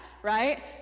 right